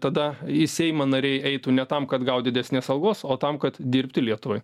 tada į seimą nariai eitų ne tam kad gaut didesnės algos o tam kad dirbti lietuvai